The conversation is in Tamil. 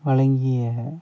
வழங்கிய